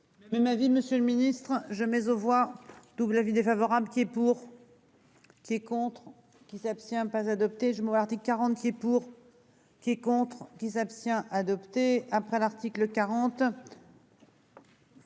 m'a dit, Monsieur le Ministre jamais au voir double avis défavorable qui est pour.-- Qui est contre qui s'abstient pas adopté je mon article 40 qui pour. Qui est contre qui s'abstient adopté après l'article 40.